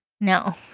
No